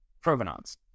provenance